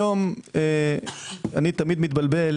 היום אני תמיד מתבלבל,